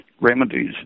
remedies